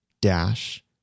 dash